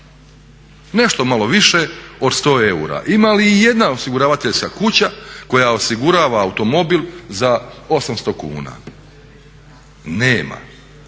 Nešto malo više od 100 eura. Ima li ijedna osiguravateljska kuća koja osigurava automobil za 800 kuna? Nema.